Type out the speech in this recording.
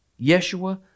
Yeshua